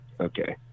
Okay